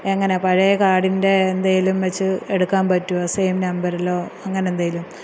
എങ്ങനെയാണ് പഴയ കാർഡിൻ്റെ എന്തെങ്കിലും വച്ചു എടുക്കാൻ പറ്റുമോ സെയിം നമ്പറിലോ അങ്ങനെ എന്തേലും